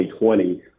2020